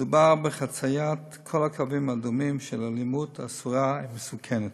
מדובר בחציית כל הקווים האדומים של אלימות אסורה ומסוכנת.